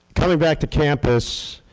coming back to campus,